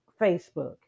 Facebook